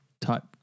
type